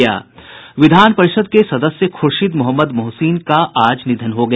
विधान परिषद् के सदस्य ख्र्शीद मोहम्मद मोहसिन का आज निधन हो गया